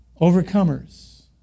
Overcomers